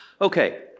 Okay